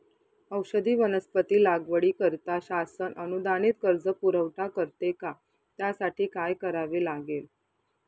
औषधी वनस्पती लागवडीकरिता शासन अनुदानित कर्ज पुरवठा करते का? त्यासाठी काय करावे लागेल?